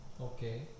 Okay